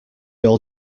all